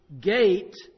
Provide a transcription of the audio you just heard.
gate